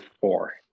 four